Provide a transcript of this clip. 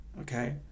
okay